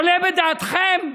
עולה בדעתכם?